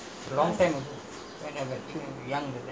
I I never seen a nowadays